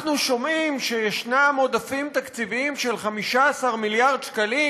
אנחנו שומעים שיישנם עודפים תקציביים של 15 מיליארד שקלים,